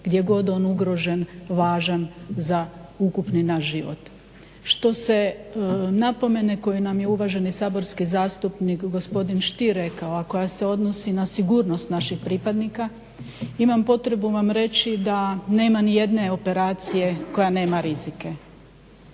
gdje god on ugrožen važan za ukupni naš život. Što se napomene koju nam je uvaženi saborski zastupnik gospodin …/Ne razumije se./… rekao, a koja se odnosi na sigurnost naših pripadnika, imam potrebu vam reći da nema ni jedne operacije koja nema rizike.